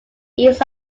east